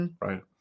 right